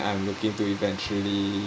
I am looking to eventually